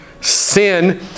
sin